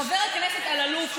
חבר הכנסת אלאלוף,